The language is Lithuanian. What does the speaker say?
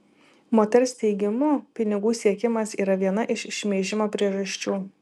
moters teigimu pinigų siekimas yra viena iš šmeižimo priežasčių